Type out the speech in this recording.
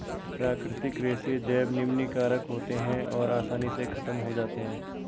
प्राकृतिक रेशे जैव निम्नीकारक होते हैं और आसानी से ख़त्म हो जाते हैं